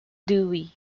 dewey